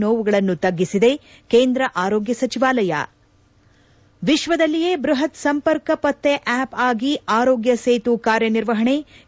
ನೋವುಗಳನ್ನು ತಗ್ಗಿಸಿದೆ ಕೇಂದ್ರ ಆರೋಗ್ಯ ಸಚಿವಾಲಯ ವಿಶ್ವದಲ್ಲಿಯೇ ಬ್ಬಹತ್ ಸಂಪರ್ಕ ಪತ್ತೆ ಆಪ್ ಆಗಿ ಆರೋಗ್ಯ ಸೇತು ಕಾರ್ಯನಿರ್ವಹಣೆ ು